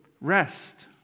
rest